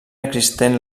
existent